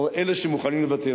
או אלה שמוכנים לוותר.